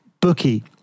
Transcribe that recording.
bookie